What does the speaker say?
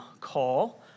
call